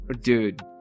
Dude